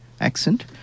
accent